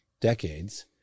decades